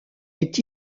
est